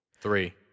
Three